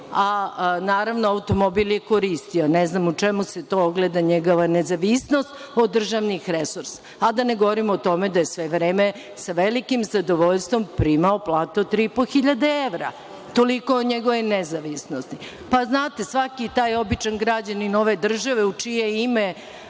a naravno automobil je koristio. Ne znam u čemu se to ogleda njegova nezavisnost od državnih resursa? Da ne govorim o tome da je sve vreme sa velikim zadovoljstvom primao platu od 3.500 evra. Toliko o njegovoj nezavisnosti. Znate, svaki taj običan građanin ove države u čije